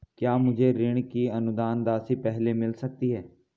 क्या मुझे ऋण की अनुदान राशि पहले मिल सकती है?